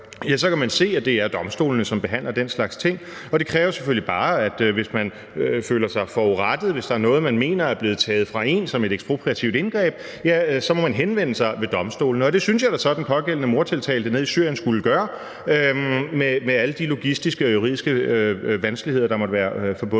3, kan man se, at det er domstolene, som behandler den slags ting. Det kræver selvfølgelig bare, at hvis man føler sig forurettet, altså hvis der er noget, som man mener er blevet taget fra en som et ekspropriativt indgreb, ja, så må man henvende sig ved domstolene, og det synes jeg da så den pågældende mordtiltalte nede i Syrien skulle gøre med alle de logistiske og juridiske vanskeligheder, der måtte være forbundet